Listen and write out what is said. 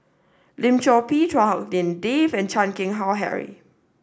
Lim Chor Pee Chua Hak Lien Dave and Chan Keng Howe Harry